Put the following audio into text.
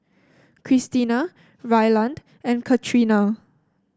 Kristina Ryland and Katrina